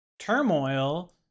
turmoil